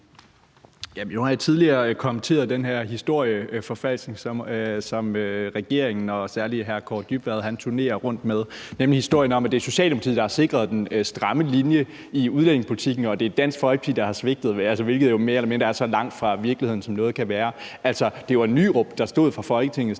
jeg tidligere kommenteret den her historieforfalskning, som regeringen og særlig udlændinge- og integrationsministeren turnerer rundt med, nemlig historien om, at det er Socialdemokratiet, der har sikret den stramme linje i udlændingepolitikken, og at det er Dansk Folkeparti, der har svigtet, hvilket jo mere eller mindre er så langt fra virkeligheden, som noget kan være. Altså, det var jo Poul Nyrup Rasmussen, der fra Folketingets